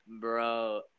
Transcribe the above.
Bro